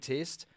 Test